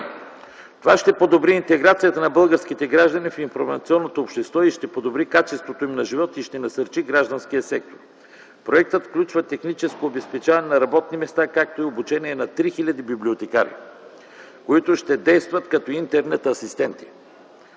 Това ще подобри интеграцията на българските граждани в информационното общество, ще подобри качеството им на живот и ще насърчи гражданския сектор. Проектът включва техническо обезпечаване на работни места, както и обучение на 3000 библиотекари, които ще действат като Интернет-асистенти